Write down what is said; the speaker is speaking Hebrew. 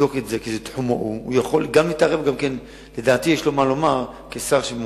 מרכז יום